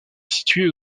situé